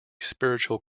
spiritual